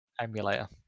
emulator